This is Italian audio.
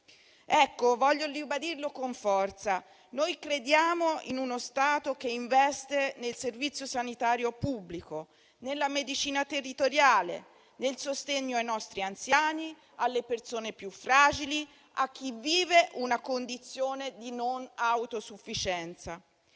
Voglio ribadirlo con forza: noi crediamo in uno Stato che investe nel servizio sanitario pubblico, nella medicina territoriale, nel sostegno ai nostri anziani, alle persone più fragili, a chi vive una condizione di non autosufficienza.